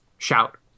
shout